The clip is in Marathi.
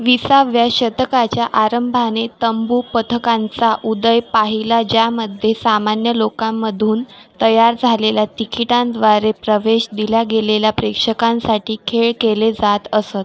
विसाव्या शतकाच्या आरंभाने तंबू पथकांचा उदय पाहिला ज्यामध्ये सामान्य लोकांमधून तयार झालेल्या तिकिटांद्वारे प्रवेश दिल्या गेलेल्या प्रेक्षकांसाठी खेळ केले जात असत